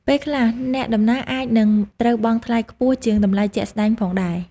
ពេលខ្លះអ្នកដំណើរអាចនឹងត្រូវបង់ថ្លៃខ្ពស់ជាងតម្លៃជាក់ស្តែងផងដែរ។